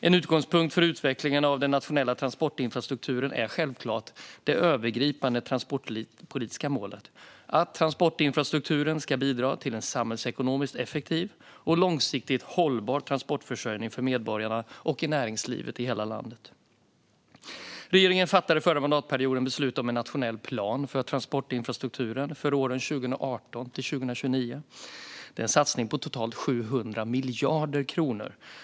En utgångspunkt för utvecklingen av den nationella transportinfrastrukturen är självklart det övergripande transportpolitiska målet att transportinfrastrukturen ska bidra till en samhällsekonomiskt effektiv och långsiktigt hållbar transportförsörjning för medborgarna och näringslivet i hela landet. Regeringen fattade förra mandatperioden beslut om en nationell plan för transportinfrastrukturen för åren 2018-2029. Det är en satsning på totalt 700 miljarder kronor.